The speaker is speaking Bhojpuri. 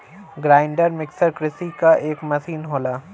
ग्राइंडर मिक्सर कृषि क एक मसीन होला